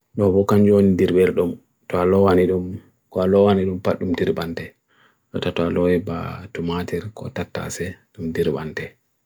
Ko jowii hite wawde blender so bartan mo to waawdi?